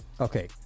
Okay